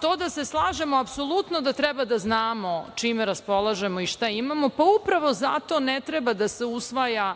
To da se slažemo, apsolutno da treba da znamo čime raspolažemo i šta imamo pa upravo zato ne treba da se usvaja